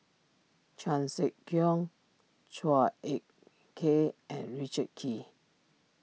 Chan Sek Keong Chua Ek Kay and Richard Kee